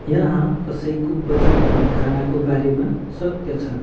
यहाँ कसैको बजेटमा खानाको बारेमा सत्य छ